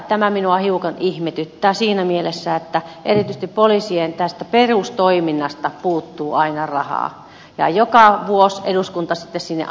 tämä minua hiukan ihmetyttää siinä mielessä että erityisesti tästä poliisien perustoiminnasta puuttuu aina rahaa ja aina joka vuosi eduskunta sitten sinne lisää